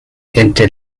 entre